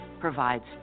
provides